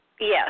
Yes